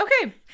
Okay